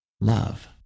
love